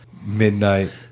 midnight